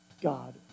God